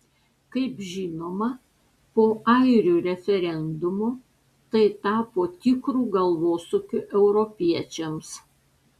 kaip žinoma po airių referendumo tai tapo tikru galvosūkiu europiečiams